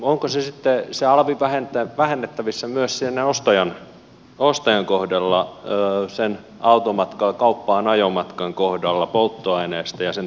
onko se alvi sitten vähennettävissä myös siinä ostajan kohdalla sen automatkan kauppaan ajon kohdalla polttoaineesta ja sen tuotteen kohdalla